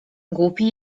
głupi